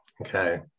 Okay